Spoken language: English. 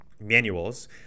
manuals